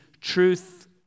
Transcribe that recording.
truth